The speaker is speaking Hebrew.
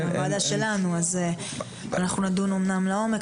אז אנחנו נדון אמנם לעומק,